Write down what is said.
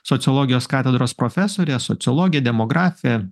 sociologijos katedros profesorė sociologė demografė